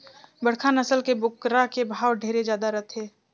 बड़खा नसल के बोकरा के भाव ढेरे जादा रथे